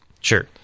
Sure